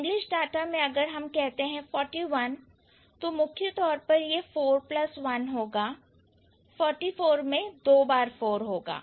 English data में अगर हम कहते हैं forty one तो मुख्य तौर पर यह four प्लस one होगा 44 में दो बार four होगा